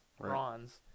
bronze